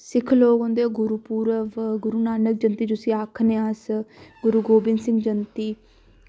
ते सिक्ख लोग होंदे गुरू पर्व गुरू नानक जयंती जिसी अस आक्खने आं अस गुरू गोविंद सिंह जयंती